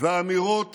ואמירות